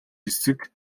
хэсэг